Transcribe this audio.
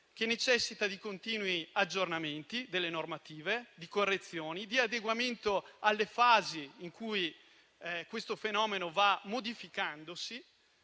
che necessita di continui aggiornamenti delle normative, di correzioni, di adeguamento alle fasi in cui questo fenomeno va modificandosi.